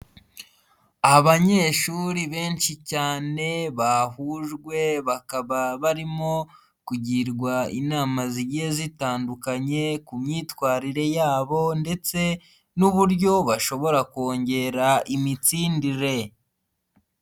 Abanyeshuri benshi cyane bahujwe bakaba barimo kugirwa inama zigiye zitandukanye ku myitwarire yabo ndetse n'uburyo bashobora kongera imitsindire.